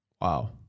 Wow